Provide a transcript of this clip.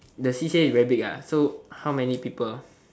the c_c_a is very big ah so how many people